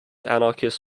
anarchist